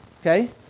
Okay